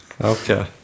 Okay